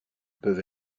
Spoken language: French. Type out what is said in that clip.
peuvent